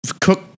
Cook